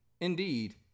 Indeed